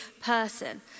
person